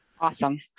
Awesome